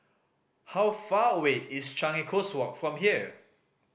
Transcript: how far away is Changi Coast Walk from here